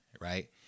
Right